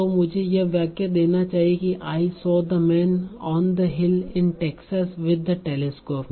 तो मुझे यह वाक्य देना चाहिए कि I saw the man on the hill in Texas with the telescope